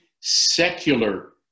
secular